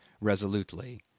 resolutely